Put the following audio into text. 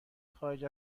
خارج